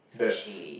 that's